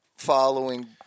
following